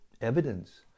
evidence